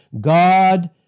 God